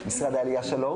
היי, שלום